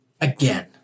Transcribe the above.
again